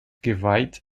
geweiht